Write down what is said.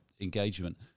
engagement